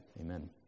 amen